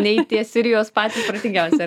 nei tie sirijos patys protingiausi ar